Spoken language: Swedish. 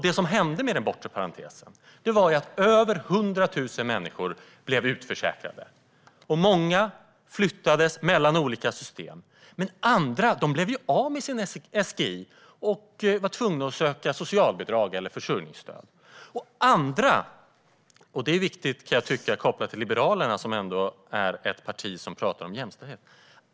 Det som hände efter att den bortre parentesen hade införts var att över 100 000 människor blev utförsäkrade, och många flyttades mellan olika system. Men andra blev av med sin SGI och var tvungna att söka socialbidrag, eller försörjningsstöd. Och en del, ofta kvinnor, tvingades att leva på sin respektives lön just på grund av den bortre parentesen.